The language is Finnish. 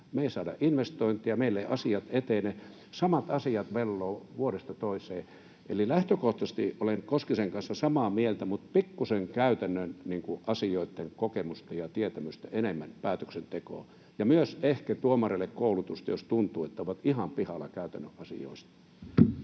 Me emme saa investointeja, meillä eivät asiat etene. Samat asiat vellovat vuodesta toiseen. Eli lähtökohtaisesti olen Koskisen kanssa samaa mieltä, mutta pikkuisen käytännön asioitten kokemusta ja tietämystä enemmän päätöksentekoon, ja myös ehkä tuomareille koulutusta, jos tuntuu, että ovat ihan pihalla käytännön asioista.